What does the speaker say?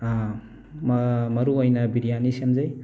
ꯃꯔꯨ ꯑꯣꯏꯅ ꯕꯤꯔꯖꯥꯅꯤ ꯁꯦꯝꯖꯩ